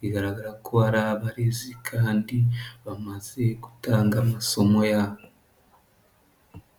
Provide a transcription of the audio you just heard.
bigaragara ko ari abarezi kandi bamaze gutanga amasomo yabo.